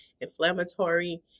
inflammatory